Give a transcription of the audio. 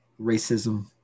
racism